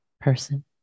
person